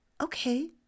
okay